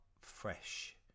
fresh